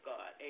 God